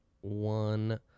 one